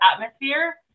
atmosphere